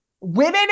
women